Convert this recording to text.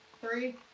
Three